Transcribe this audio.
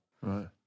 right